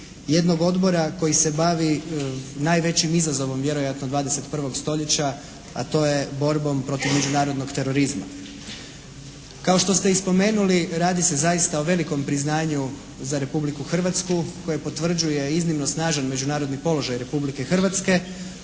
Jednog odbora koji se bavi najvećim izazovom vjerojatno 21. stoljeća, a to je borbom protiv međunarodnog terorizma. Kao što ste i spomenuli, radi se zaista o velikom priznanju za Republiku Hrvatsku koje potvrđuje iznimno snažan međunarodni položaj Republike Hrvatske,